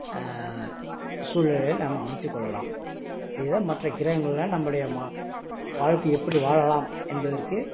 சூழலை நாம் அமைத்துக்கொள்ளலாம் இதுதான் மற்ற கிரகங்களில் நம்மளுடைய வாழ்க்கையை எப்படி வாழலாம் என்பதற்கு